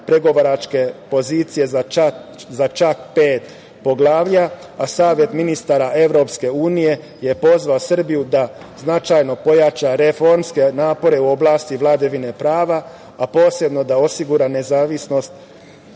pregovaračke pozicije za čak pet poglavlja, a Savet ministara EU je pozvao Srbiju da značajno pojača reformske napore u oblasti vladavine prava, a posebno da osigura nezavisnost